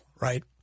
right